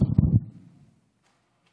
אתה קורא למרי אזרחי?